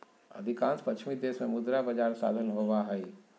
अधिकांश पश्चिमी देश में मुद्रा बजार साधन होबा हइ